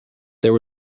there